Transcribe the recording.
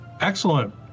excellent